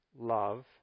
love